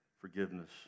Forgiveness